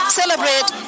celebrate